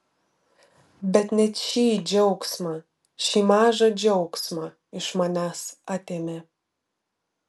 bet net šį džiaugsmą šį mažą džiaugsmą iš manęs atėmė